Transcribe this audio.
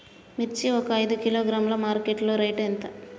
మిర్చి ఒక ఐదు కిలోగ్రాముల మార్కెట్ లో రేటు ఎంత?